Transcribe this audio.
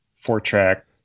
four-track